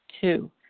Two